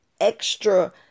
extra